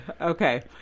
okay